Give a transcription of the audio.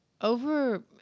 over